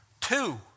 Two